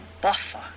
buffer